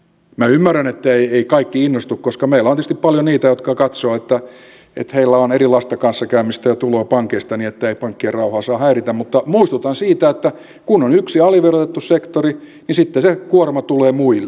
minä ymmärrän etteivät kaikki innostu koska meillä on tietysti paljon niitä jotka katsovat että heillä on erilaista kanssakäymistä ja tuloa pankeista niin ettei pankkien rauhaa saa häiritä mutta muistutan siitä että kun on yksi aliverotettu sektori niin sitten se kuorma tulee muille